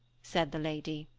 said the lady.